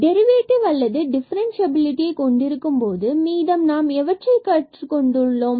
derivative அல்லது டிஃபரண்சியாபிலிடியை கொண்டிருக்கும் பொழுது மீதம் நாம் எவற்றைக் கற்றுக் கொண்டோம்